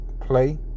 play